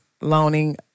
loaning